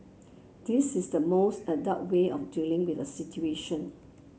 this is the most adult way of dealing with the situation